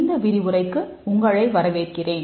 இந்த விரிவுரைக்கு உங்களை வரவேற்கிறேன்